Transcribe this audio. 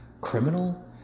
criminal